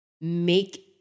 make